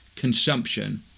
consumption